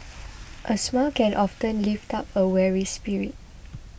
a smile can often lift up a weary spirit